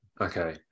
Okay